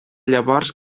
llavors